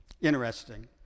Interesting